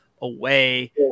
away